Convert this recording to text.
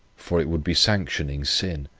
for it would be sanctioning sin.